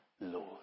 Lord